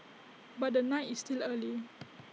but the night is still early